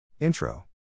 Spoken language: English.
Intro